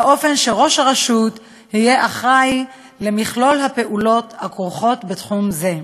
באופן שראש הרשות יהיה אחראי למכלול הפעולות הכרוכות בתחום זה.